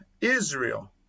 Israel